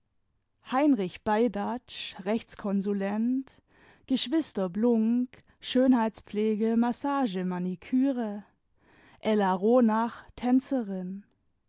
heinrich beidatsch rechtskonsulent geschwister blunck schönheitspflege massage maniküre ella